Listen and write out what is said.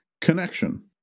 Connection